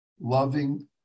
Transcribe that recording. Loving